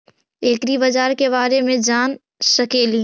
ऐग्रिबाजार के बारे मे जान सकेली?